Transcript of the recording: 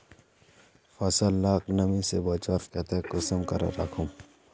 फसल लाक नमी से बचवार केते कुंसम करे राखुम?